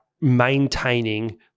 maintaining